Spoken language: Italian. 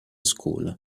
school